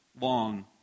long